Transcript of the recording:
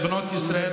בנות ישראל,